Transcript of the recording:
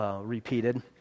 repeated